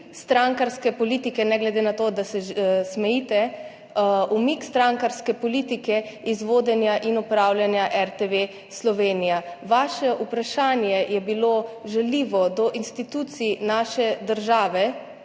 strankarske politike, ne glede na to, da se smejite, umik strankarske politike iz vodenja in upravljanja RTV Slovenija. Vaše vprašanje je bilo žaljivo do institucij naše države,